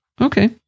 okay